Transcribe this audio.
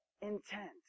intent